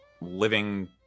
living